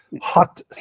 hot